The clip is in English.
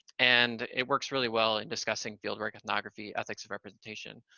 and it works really well in discussing fieldwork, ethnography, ethics of representation,